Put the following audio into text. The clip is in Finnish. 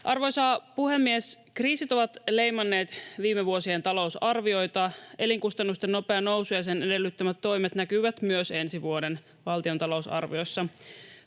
Arvoisa puhemies! Kriisit ovat leimanneet viime vuosien talousarvioita. Elinkustannusten nopea nousu ja sen edellyttämät toimet näkyvät myös ensi vuoden valtion talousarviossa.